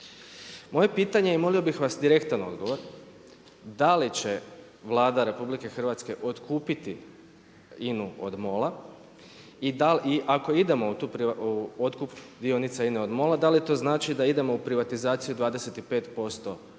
Moje pitanje i molio bih vas direktan odgovor, da li će Vlada RH otkupiti INA-u od MOL-a i ako idemo u otkup INA-e od MOL-a da li to znači da idemo u privatizaciju 25% dionica